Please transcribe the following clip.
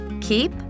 Keep